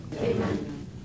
Amen